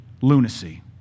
lunacy